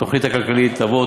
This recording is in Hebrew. התוכנית הכלכלית תבוא,